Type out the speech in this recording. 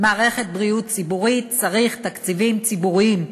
מערכת בריאות ציבורית צריך תקציבים ציבוריים.